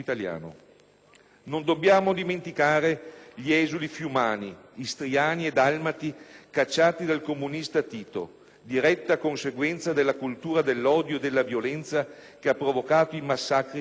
Non dobbiamo dimenticare gli esuli fiumani, istriani e dalmati cacciati dal comunista Tito, diretta conseguenza della cultura dell'odio e della violenza che ha provocato i massacri delle foibe.